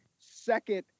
second